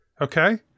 Okay